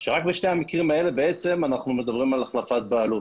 כאשר רק בשני המקרים האלה אנחנו מדברים על החלפת בעלות.